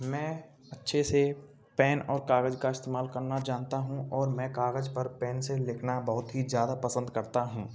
मैं अच्छे से पेन और कागज़ का इस्तेमाल करना जानता हूँ और मैं कागज़ पर पेन से लिखना बहुत ही ज़्यादा पसंद करता हूँ